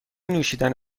نوشیدن